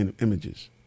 images